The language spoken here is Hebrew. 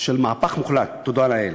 של מהפך מוחלט, תודה לאל.